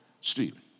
Stephen